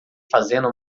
fazendo